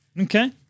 Okay